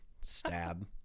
Stab